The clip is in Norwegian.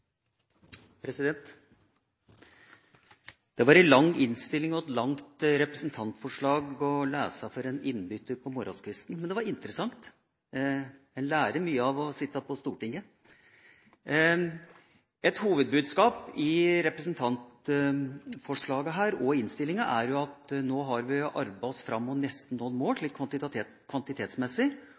president. Representanten Linda C. Hofstad Helleland har tatt opp de forslag hun refererte til. Det var en lang innstilling og et langt representantforslag å lese for en innbytter på morgenkvisten, men det var interessant. En lærer mye av å sitte på Stortinget. Et hovedbudskap i representantforslaget og i innstillinga er at nå har vi arbeidet oss fram og nesten nådd mål kvantitetsmessig,